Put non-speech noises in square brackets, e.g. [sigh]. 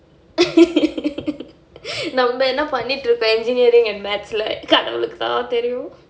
[laughs] நம்ம என்ன பண்ணிட்டு இருக்கோம்:namma enna pannittu irukkom engineering and mathematics leh கடவுளுக்குதான் தெரியும்:kadavulukku thaan theriyum